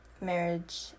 marriage